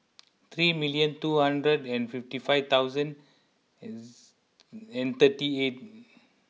three million two hundred and fifty five thousand and thirty eight